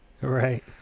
Right